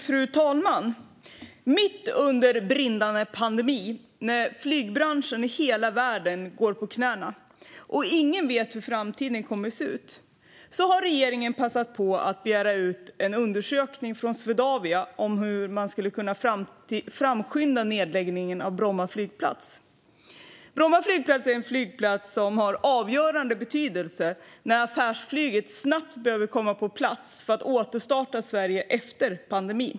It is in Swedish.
Fru talman! Mitt under brinnande pandemi, då flygbranschen i hela världen går på knäna och ingen vet hur framtiden kommer att se ut, har regeringen passat på att begära en undersökning från Swedavia om hur man skulle kunna påskynda nedläggningen av Bromma flygplats. Bromma flygplats har avgörande betydelse när affärsflyget snabbt behöver komma på plats för att återstarta Sverige efter pandemin.